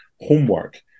homework